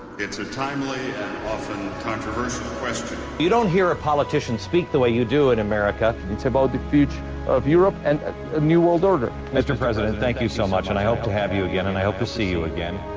it's a timely and often controversial question. you don't hear a politician speak the way you do in america. it's about the future of europe and and a new world order. mr. president, thank you so much. and i hope to have you again and i hope to see you again.